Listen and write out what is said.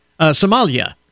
Somalia